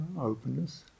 openness